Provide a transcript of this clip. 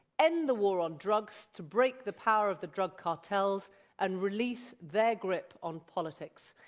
end the war on drugs to break the power of the drug cartels and release their grip on politics.